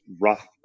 rough